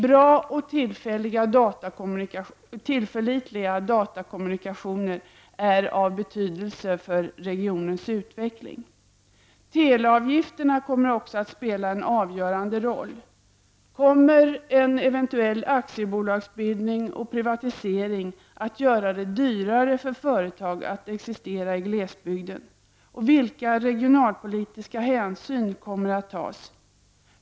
Bra och tillförlitliga datakommunikationer är av betydelse för regionens utveckling. Teleavgifterna kommer också att spela en avgörande roll. Kommer en eventuell aktiebolagsbildning och privatisering att göra det dyrare för företag att existera i glesbygden? Vilka regionalpolitiska hänsyn kommer att tas?